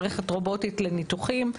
מערכת רובוטית לביצוע ניתוחים,